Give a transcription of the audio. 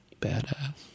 Badass